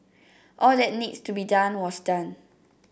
all that needs to be done was done